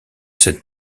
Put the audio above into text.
cette